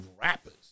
rappers